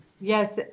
Yes